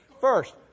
First